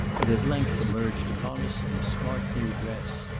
and at length emerged upon us in a smart new dress.